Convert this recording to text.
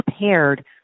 prepared